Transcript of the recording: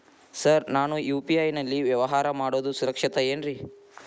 Sir ನಾನು UPI ನಲ್ಲಿ ವ್ಯವಹಾರ ಮಾಡೋದು ಸುರಕ್ಷಿತ ಏನ್ರಿ?